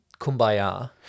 Kumbaya